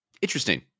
Interesting